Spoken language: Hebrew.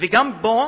וגם פה,